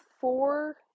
four